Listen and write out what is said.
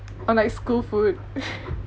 on like school food